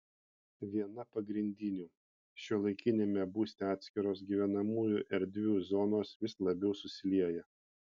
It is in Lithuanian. viena pagrindinių šiuolaikiniame būste atskiros gyvenamųjų erdvių zonos vis labiau susilieja